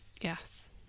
Yes